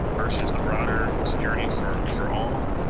versus the broader security for for all?